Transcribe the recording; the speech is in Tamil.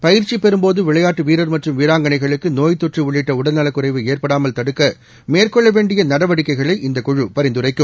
பயிற்சி பெறும் போது விளையாட்டு வீரர் மற்றும் வீராங்களைகளுக்கு நோய்த்தொற்று உள்ளிட்ட உடல்நலக் குறைவு ஏற்படாமல் தடுக்க மேற்கொள்ள வேண்டிய நடவடிக்கைகளை இந்த குழு பரிந்துரைக்கும்